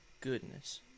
goodness